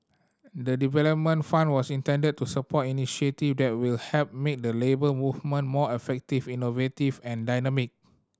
the development fund was intended to support initiative that will help make the Labour Movement more effective innovative and dynamic